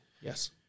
Yes